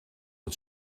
het